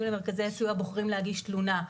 למרכזי הסיוע בוחרים להגיש תלונה.